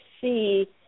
see